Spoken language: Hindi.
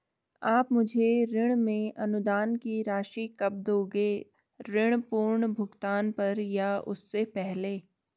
आप मुझे ऋण में अनुदान की राशि कब दोगे ऋण पूर्ण भुगतान पर या उससे पहले?